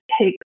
take